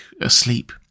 asleep